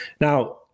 Now